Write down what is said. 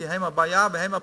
כי הם הבעיה והם הפתרון.